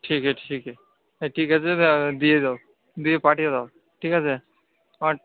ঠিক আছে ঠিক আছে হ্যাঁ ঠিক আছে দিয়ে দাও দিয়ে পাঠিয়ে দাও ঠিক আছে